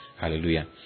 Hallelujah